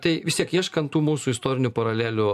tai vis tiek ieškant tų mūsų istorinių paralelių